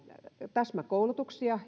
täsmäkoulutuksia